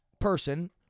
person